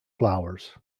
flowers